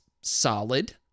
solid